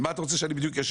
על מה אתה רוצה שאני אשיב?